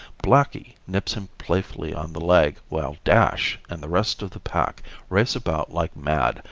blackie nips him playfully on the leg while dash and the rest of the pack race about like mad,